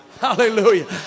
Hallelujah